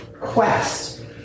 quest